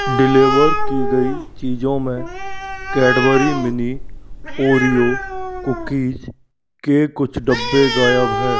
deliver की गई चीज़ों में कैडबरी मिनी ओरियो कुकीज़ के कुछ डब्बे गायब हैं